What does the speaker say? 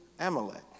Amalek